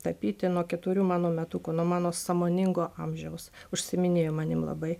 tapyti nuo keturių mano metukų nuo mano sąmoningo amžiaus užsiiminėjo manim labai